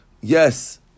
yes